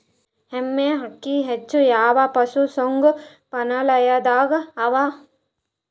ಎಮ್ಮೆ ಅಕ್ಕಿ ಹೆಚ್ಚು ಯಾವ ಪಶುಸಂಗೋಪನಾಲಯದಾಗ ಅವಾ?